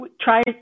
try